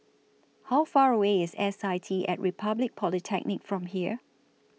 How Far away IS S I T At Republic Polytechnic from here